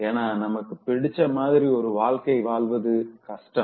ஏனா நமக்கு புடிச்ச மாதிரி ஒரு வாழ்க்கை வாழ்வது கஷ்டம்